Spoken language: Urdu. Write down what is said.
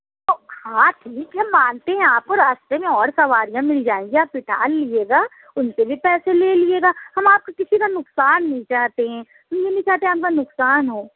تو ہاں ٹھیک ہے مانتے ہیں آپ کو راستے میں اور سواریاں مل جائیں گی آپ بٹھا لیجیے گا اُن سے بھی پیسے لے لیجیے گا ہم آپ کا کسی کا نقصان نہیں چاہتے ہیں ہم یہ نہیں چاہتے آپ کا نقصان ہو